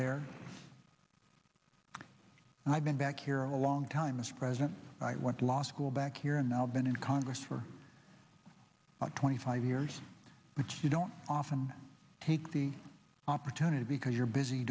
and i've been back here a long time as president i went to law school back here and now been in congress for about twenty five years but you don't often take the opportunity because you're busy